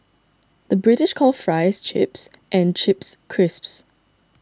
the British calls Fries Chips and Chips Crisps